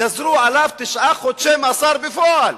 גזרו עליו תשעה חודשי מאסר בפועל.